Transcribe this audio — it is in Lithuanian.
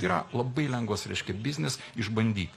tai yra labai lengvas reiškia biznis išbandyti